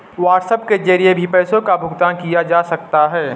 WhatsApp के जरिए भी पैसों का भुगतान किया जा सकता है